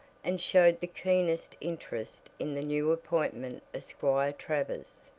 and showed the keenest interest in the new appointment of squire travers.